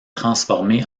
transformé